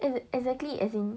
exactly as in